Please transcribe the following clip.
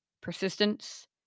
Persistence